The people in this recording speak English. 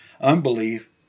unbelief